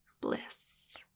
bliss